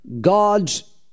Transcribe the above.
God's